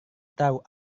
tahu